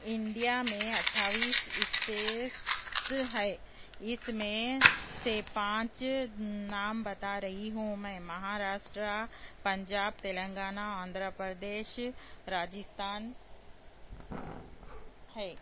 India میں اٹھائیس states ہے اس میں سے پانچ نام بتا رہی ہوں میں مہاراشٹرا پنجاب تلنگانہ آندھرا پردیش راجستھان ہے